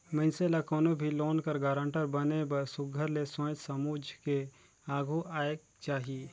मइनसे ल कोनो भी लोन कर गारंटर बने बर सुग्घर ले सोंएच समुझ के आघु आएक चाही